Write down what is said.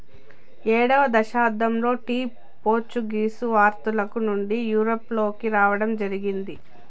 ఏడవ శతాబ్దంలో tea Portuguese వర్తకుల నుండి యూరప్ లోకి రావడం జరిగింది